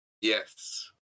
Yes